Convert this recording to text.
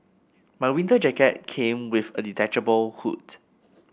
my winter jacket came with a detachable hood